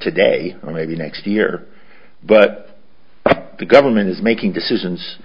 today or maybe next year but the government is making decisions